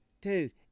dude